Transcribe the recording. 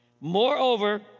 Moreover